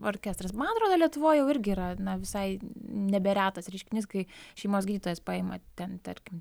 orkestras man atrodo lietuvoj jau irgi yra visai neberetas reiškinys kai šeimos gydytojas paima ten tarkim